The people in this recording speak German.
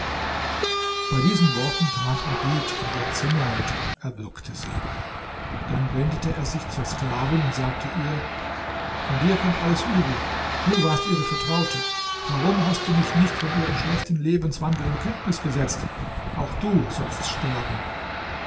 bei diesen worten trat abid in ihr zimmer und erwürgte sie dann wendete er sich zur sklavin und sagte ihr von dir kommt alles übel du warst ihre vertraute warum hast du mich nicht von ihrem schlechten lebenswandel in kenntnis gesetzt auch du sollst sterben